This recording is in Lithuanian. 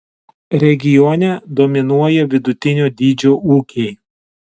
regione dominuoja vidutinio dydžio ūkiai